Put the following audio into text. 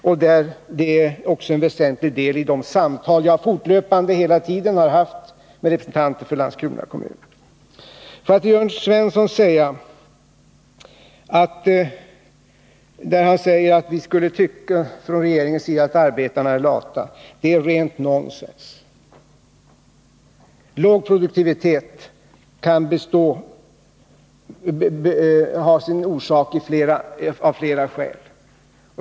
Detta har även varit en väsentlig utgångspunkt vid de samtal som jag fortlöpande har haft med representanter för Landskrona kommun. Jörn Svensson säger att det från regeringens sida har påståtts att arbetarna är lata. Det är rent nonsens. Låg produktivitet kan ha flera orsaker.